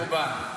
ממשלת החורבן.